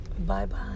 Bye-bye